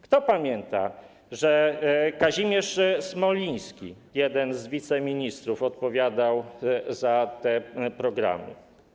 Kto pamięta, że Kazimierz Smoliński, jeden z wiceministrów, odpowiadał za te programy?